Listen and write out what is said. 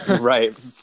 right